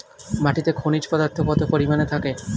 মাটিতে খনিজ পদার্থ কত পরিমাণে থাকে?